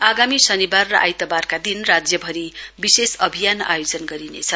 आगामी शनिबार र आइतबारका दिन राज्यभरि विशेष अभियान आयोजना गरिनेछ